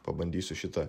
pabandysiu šitą